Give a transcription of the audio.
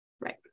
Right